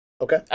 Okay